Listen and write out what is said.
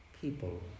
people